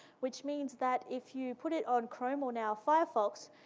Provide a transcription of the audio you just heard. which means that if you put it on chrome or now firefox,